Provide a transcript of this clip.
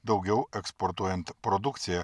daugiau eksportuojant produkciją